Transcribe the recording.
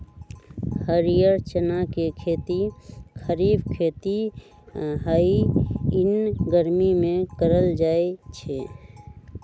हरीयर चना के खेती खरिफ खेती हइ इ गर्मि में करल जाय छै